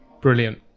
Brilliant